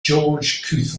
georges